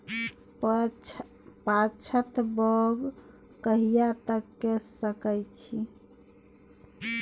पछात बौग कहिया तक के सकै छी?